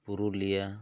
Purulia